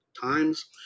times